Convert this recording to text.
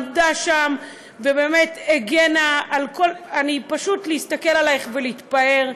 עמדה שם ובאמת הגנה פשוט להסתכל עליך ולהתפאר,